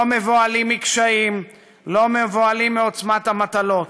לא מבוהלים מקשיים, לא מבוהלים מעוצמת המטלות.